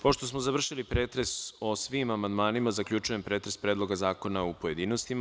Pošto smo završili pretres o svim amandmanima, zaključujem pretres Predloga zakona u pojedinostima.